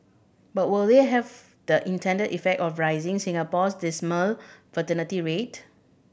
but will they have the intended effect of raising Singapore's dismal fertility rate